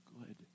good